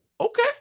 okay